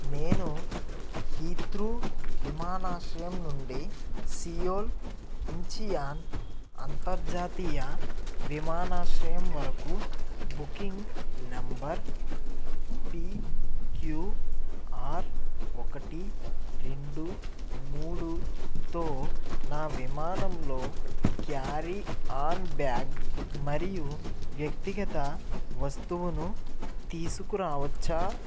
నేను హీత్రూ విమానాశ్రయం నుండి సియోల్ ఇంచియాన్ అంతర్జాతీయ విమానాశ్రయం వరకు బుకింగ్ నెంబర్ పిక్యూఆర్ ఒకటి రెండు మూడుతో నా విమానంలో క్యారీఆన్ బ్యాగ్ మరియు వ్యక్తిగత వస్తువును తీసుకురావచ్చా